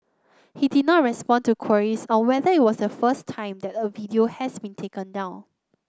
he did not respond to queries on whether it was the first time that a video has been taken down